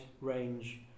range